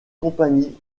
compagnie